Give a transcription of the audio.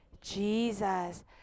jesus